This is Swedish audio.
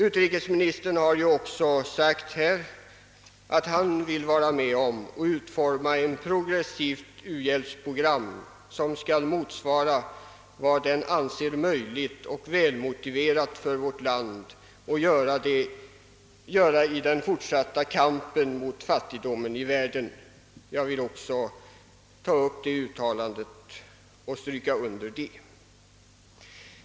Utrikesministern har också förklarat att han vill vara med om att utforma ett progressivt u-hjälpsprogram, som skall motsvara vad som anses möjligt och välmotiverat för vårt land att göra i den fortsatta kampen mot fattigdomen i världen. Jag vill även understryka detta uttalande.